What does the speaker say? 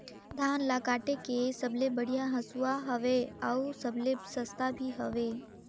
धान ल काटे के सबले बढ़िया हंसुवा हवये? अउ सबले सस्ता भी हवे?